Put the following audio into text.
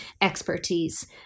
expertise